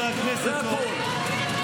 זה הכול.